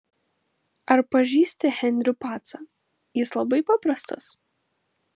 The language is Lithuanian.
ar pažįsti henrių pacą jis labai paprastas